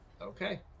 Okay